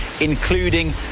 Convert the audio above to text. including